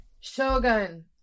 Shogun